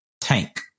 Tank